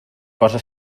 cosa